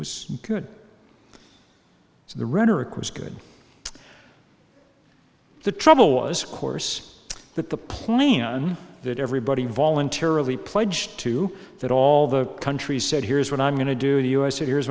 was good so the rhetoric was good the trouble was course that the plan that everybody voluntarily pledged to that all the countries said here's what i'm going to do to us here's